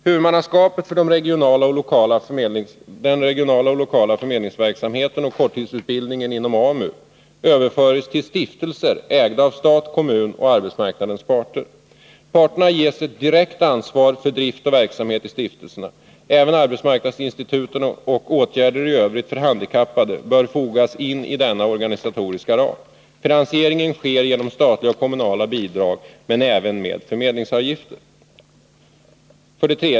Huvudmannaskapet för den regionala och lokala förmedlingsverksamheten och korttidsutbildningen inom AMU överförs till stiftelser ägda av stat, kommun och arbetsmarknadens parter. Parterna ges ett direkt ansvar för drift och verksamhet i stiftelserna. Även arbetsmarknadsinstituten och åtgärder i övrigt för handikappade bör fogas in i denna organisatoriska ram. Finansiering sker genom statliga och kommunala bidrag men även med förmedlingsavgifter. 3.